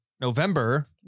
November